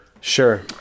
Sure